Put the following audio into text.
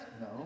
No